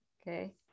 Okay